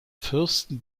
fürsten